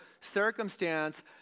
circumstance